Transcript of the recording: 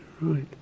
right